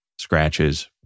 scratches